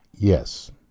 Yes